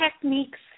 techniques